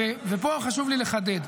ופה חשוב לי לחדד,